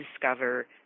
discover